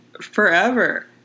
forever